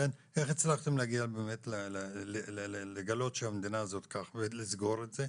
איך הצלחתם לגלות שהמדינה הזאת כך ולסגור את זה?